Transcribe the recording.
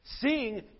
Seeing